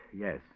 yes